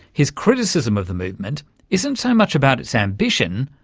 his criticism of the movement isn't so much about its ambition,